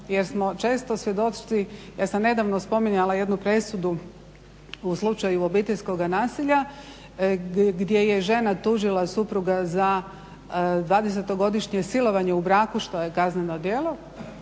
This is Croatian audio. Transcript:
Jer smo često svjedoci, ja sam nedavno spominjala jednu presudu u slučaju obiteljskoga nasilja gdje je žena tužila supruga za 20-to godišnje silovanje u braku što je kazneno djelo,